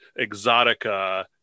exotica